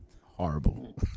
Horrible